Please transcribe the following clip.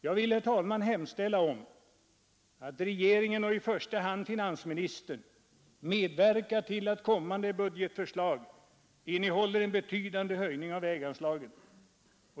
Jag vill, herr talman, hemställa att regeringen och i första hand finansministern medverkar till att kommande budgetförslag innehåller en betydande höjning av väganslagen.